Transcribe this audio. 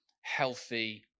Healthy